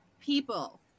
people